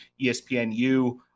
ESPNU